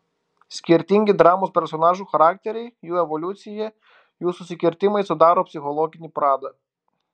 skirtingi dramos personažų charakteriai jų evoliucija jų susikirtimai sudaro psichologinį pradą